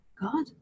God